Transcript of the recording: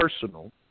personal